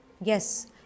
yes